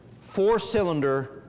four-cylinder